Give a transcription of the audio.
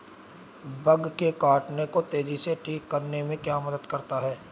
Bug के काटने को तेजी से ठीक करने में क्या मदद करता है?